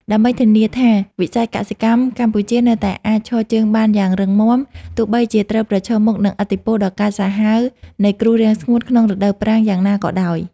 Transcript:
ដើម្បីធានាថាវិស័យកសិកម្មកម្ពុជានៅតែអាចឈរជើងបានយ៉ាងរឹងមាំ ទោះបីជាត្រូវប្រឈមមុខនឹងឥទ្ធិពលដ៏កាចសាហាវនៃគ្រោះរាំងស្ងួតក្នុងរដូវប្រាំងយ៉ាងណាក៏ដោយ។